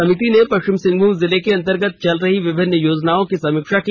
समिति ने पश्चिमी सिंहभूम जिले के अंतर्गत चल रही विभिन्न योजनाओं की समीक्षा की